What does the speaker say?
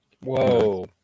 Whoa